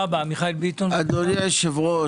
אדוני היושב-ראש,